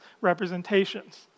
representations